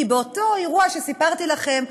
כי באותו אירוע שסיפרתי לכם,